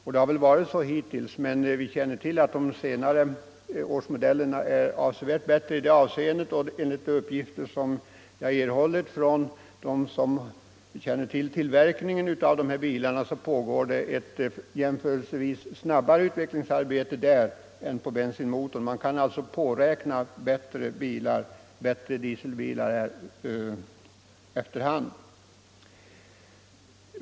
Så har det varit hittills, men vi känner till att de senare årsmodellerna är avsevärt bättre i det avseendet. Enligt uppgifter jag har erhållit från dem som känner till tillverkningen av dessa bilar, pågår ett jämförelsevis snabbare utvecklingsarbete där än på bensinmotorn. Man kan alltså påräkna bättre dieselbilar efter hand.